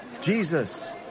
Jesus